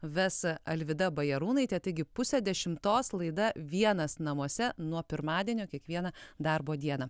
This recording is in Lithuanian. ves alvyda bajarūnaitė taigi pusę dešimtos laida vienas namuose nuo pirmadienio kiekvieną darbo dieną